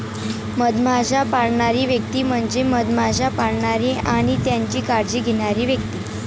मधमाश्या पाळणारी व्यक्ती म्हणजे मधमाश्या पाळणारी आणि त्यांची काळजी घेणारी व्यक्ती